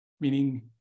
meaning